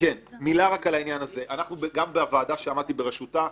גם הוועדה שעמדתי בראשותה,